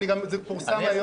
זה גם פורסם היום.